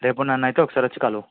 రేపు నన్ను అయితే ఒకసారి వచ్చి కలువు